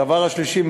הדבר השלישי,